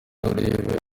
urebe